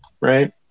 right